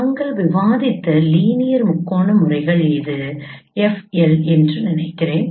நாங்கள் விவாதித்த லீனியர் முக்கோண முறைகள் இது FL என்று நினைக்கிறேன்